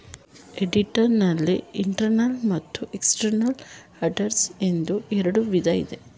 auditor ನಲ್ಲಿ internal ಮತ್ತು external auditors ಎಂಬ ಎರಡು ವಿಧ ಇದೆ